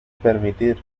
permitir